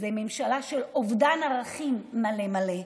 זו ממשלה של אובדן ערכים מלא מלא,